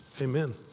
Amen